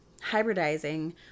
hybridizing